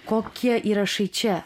kokie įrašai čia